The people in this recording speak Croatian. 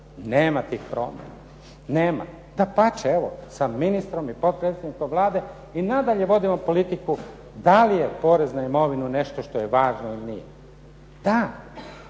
nema tih promjena, nema. Dapače evo, sa ministrom i potpredsjednicom Vlade i nadalje vodimo politiku da li je porez na imovinu nešto što je važno ili nije. Da.